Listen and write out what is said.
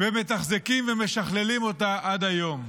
ומתחזקים ומשכללים אותה עד היום.